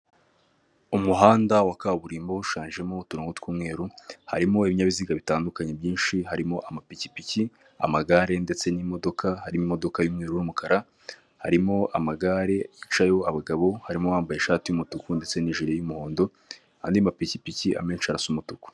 Umuhanda wa kaburimbo ushushanyijemo uturongo tw'umweru, harimo ibinyabiziga bitandukanye byinshi, harimo amapikipiki, amagare, ndetse n'imodoka, hari modoka y'umweru n'umukara, harimo amagare yicayeho abagabo harimo uwambaye ishati y'umutuku ndetse n'ijire y'umuhondo andi mapikipiki amenshi arasa umutuku.